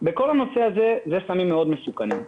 בכל הנושא הזה אלה סמים מאוד מסוכנים.